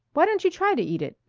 why don't you try to eat it?